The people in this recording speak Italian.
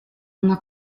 una